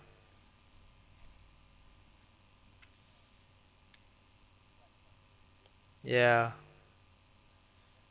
ya